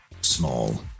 small